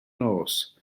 nos